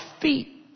feet